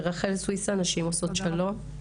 רחל סוויסה, מנשים עושות שלום, בבקשה.